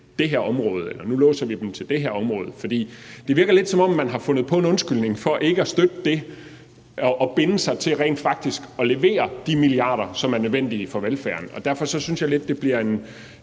det her område, eller nu låser vi dem til det her område? Det virker lidt, som om man har fundet på en undskyldning for ikke at støtte det og binde sig til rent faktisk at levere de milliarder, som er nødvendige for velfærden. Derfor synes jeg lidt, det bliver et